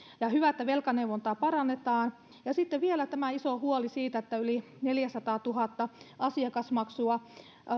hyvä että velkaneuvontaa parannetaan sitten vielä tämä iso huoli siitä että yli neljäsataatuhatta sote asiakasmaksua oli